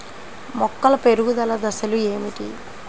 మొక్కల పెరుగుదల దశలు ఏమిటి?